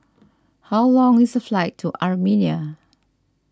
how long is the flight to Armenia